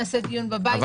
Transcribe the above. נעשה דיון בבית.